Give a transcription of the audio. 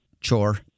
chore